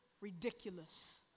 ridiculous